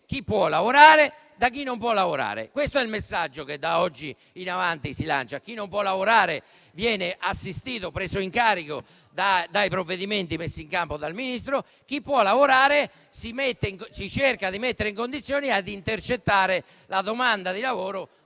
chi può lavorare da chi non può lavorare. Questo è il messaggio che da oggi in avanti si lancia; chi non può lavorare viene assistito e preso in carico grazie ai provvedimenti messi in campo dal Ministro, chi può lavorare si mette in condizioni di intercettare la domanda con